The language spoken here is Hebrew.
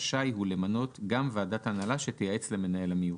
רשאי הוא למנות גם ועדת הנהלה שתייעץ למנהל המיוחד.